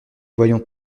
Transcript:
voyons